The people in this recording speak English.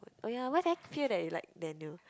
oh yea why that feel that you like Daniel